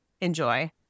enjoy